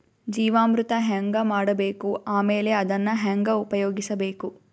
ಜೀವಾಮೃತ ಹೆಂಗ ಮಾಡಬೇಕು ಆಮೇಲೆ ಅದನ್ನ ಹೆಂಗ ಉಪಯೋಗಿಸಬೇಕು?